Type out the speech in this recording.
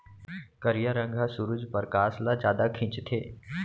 करिया रंग ह सुरूज परकास ल जादा खिंचथे